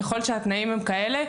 ככל שהתנאים הם כאלה,